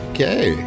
Okay